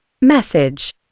Message